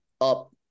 up